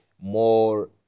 more